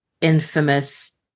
infamous